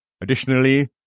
Additionally